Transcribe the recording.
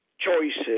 choices